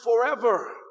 forever